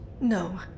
No